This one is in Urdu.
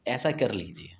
ایسا کر لیجئے